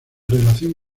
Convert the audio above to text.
relación